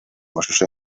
mashusho